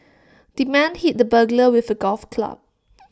the man hit the burglar with A golf club